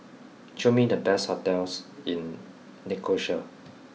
show me the best hotels in Nicosia